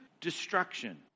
destruction